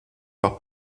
par